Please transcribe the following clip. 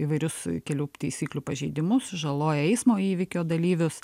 įvairius kelių taisyklių pažeidimus žaloja eismo įvykio dalyvius